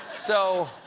so